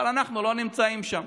אבל אנחנו לא נמצאים שם.